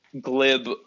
glib